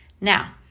Now